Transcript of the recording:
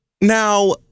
Now